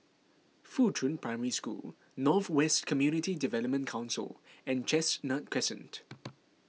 Fuchun Primary School North West Community Development Council and Chestnut Crescent